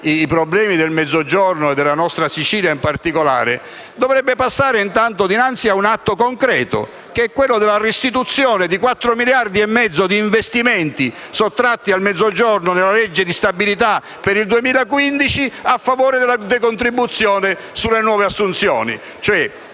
i problemi del Mezzogiorno - e della nostra Sicilia, in particolare - dovrebbe passare intanto dinanzi ad un atto concreto, quello della restituzione di quattro miliardi e mezzo di investimenti sottratti al Mezzogiorno con la legge di stabilità per il 2015 a favore della decontribuzione sulle nuove assunzioni